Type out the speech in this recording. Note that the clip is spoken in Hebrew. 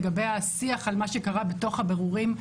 לגבי השיח על מה שקרה בתוך הבירורים.